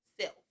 self